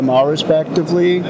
respectively